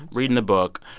reading the book,